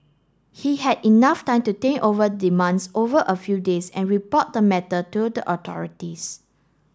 he had enough time to think over demands over a few days and report the matter to the authorities